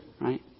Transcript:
right